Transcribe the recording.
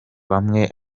bamwe